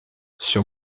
sur